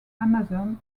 amazon